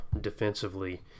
defensively